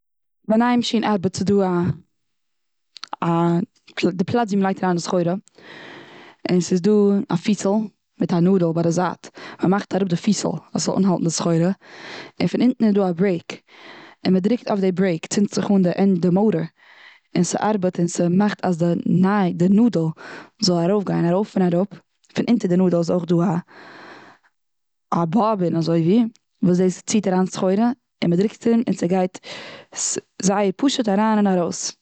א ניי מאשין ארבעט ס'איז דא א, א די פלאץ ווי מ'לייגט אריין די סחורה, און ס'איז דא א פיסל, מיט א נאדל ביי די זייט, מ'מאכט אראפ די פיסל אז ס'זאל אנהאלטן די סחורה און פון אונטן איז דא א ברעיק, און מ'דריקט אויף די ברעיק צינדט זיך אן די מאטאר און ס'ארבעט און ס'מאכט אז די נאדל זאל ארויף גיין ארויף און אראפ פון אונטער די נאדל איז אויך דא א באבין אזויווי וואס דאס ציט אריין סחורה, און מ'דריקט און, און ס'גייט זייער פשוט אריין און ארויס.